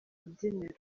rubyiniro